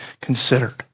considered